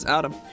Adam